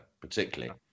particularly